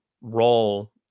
role